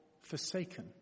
forsaken